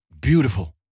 beautiful